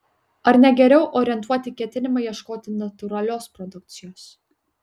ar ne geriau orientuoti ketinimą ieškoti natūralios produkcijos